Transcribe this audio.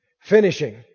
Finishing